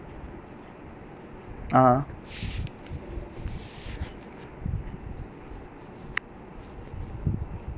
ah